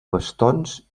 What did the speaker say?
bastons